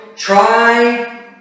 try